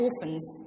orphans